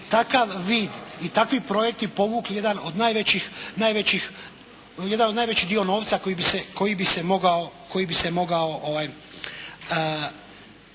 takav vid i takvi projekti povukli jedan najveći dio novca koji bi se mogao